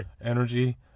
energy